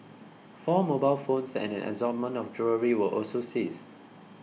four mobile phones and an assortment of jewellery were also seized